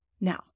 Now